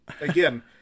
Again